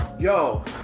Yo